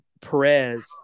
Perez